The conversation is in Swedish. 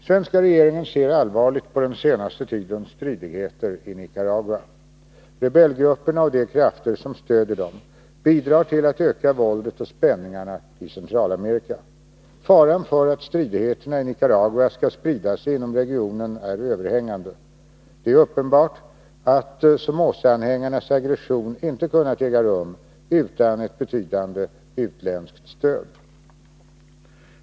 Svenska regeringen ser allvarligt på den senaste tidens stridigheter i Nicaragua. Rebellgrupperna och de krafter som stödjer dem bidrar till att öka våldet och spänningarna i Centralamerika. Faran för att stridigheterna i Nicaragua skall sprida sig inom regionen är överhängande. Det är uppenbart att Somozaanhängarnas aggression inte kunnat äga rum utan ett betydande utländskt stöd.